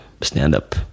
stand-up